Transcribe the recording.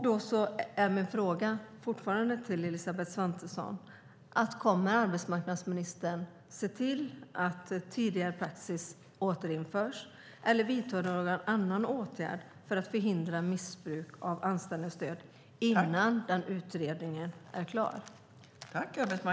Kommer arbetsmarknadsminister Elisabeth Svantesson att se till att tidigare praxis återinförs eller vidta någon annan åtgärd för att förhindra missbruk av anställningsstöd innan utredningen är klar?